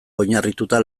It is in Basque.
oinarrituta